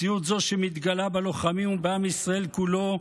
מציאות זו, שמתגלה בלוחמים ובעם ישראל כולו,